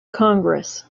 congress